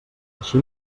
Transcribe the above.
així